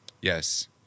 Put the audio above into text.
Yes